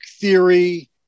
theory